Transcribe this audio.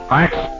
Thanks